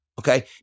okay